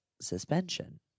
suspension